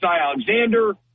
Alexander